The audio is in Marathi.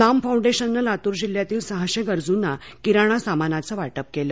नाम फांऊडेशननं लातूर जिल्हातील सहाशे गरजूंना किराणा सामानाचं वाटप केलं